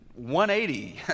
180